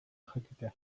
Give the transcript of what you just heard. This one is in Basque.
jakitea